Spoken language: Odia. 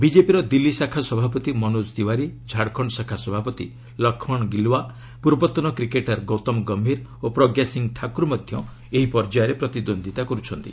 ବିଜେପିର ଦିଲ୍ଲୀ ଶାଖା ସଭାପତି ମନୋଜ ତିୱାରୀ ଝାଡ଼ଖଣ୍ଡ ଶାଖା ସଭାପତି ଲକ୍ଷ୍ମଣ ଗିଲୱା ପୂର୍ବତନ କ୍ରିକେଟର ଗୌତମ ଗ ଠାକୁର ମଧ୍ୟ ଏହି ପର୍ଯ୍ୟାୟରେ ପ୍ରତିଦ୍ୱନ୍ଦ୍ୱିତା କରୁଛନ୍ତି